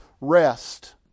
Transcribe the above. rest